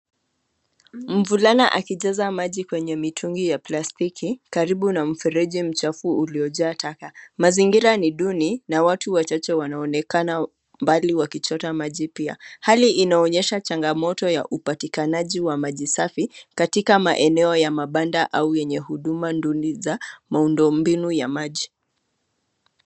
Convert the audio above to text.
Mvulana akijaza maji kwenye mitungi ya plastiki karibu na mfereji mchafu uliojaa taka. Mazingira ni duni na watu wachache wanaonekana mbali wakichota maji. Pia hali inaonyesha changamoto ya upatikanaji wa maji safi katika maeneo ya mabanda au yenye huduma duni za maundu mbinu ya maji.